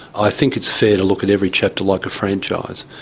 i think it's fair to look at every chapter like a franchise.